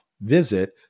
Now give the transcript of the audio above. visit